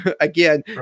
again